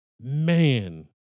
man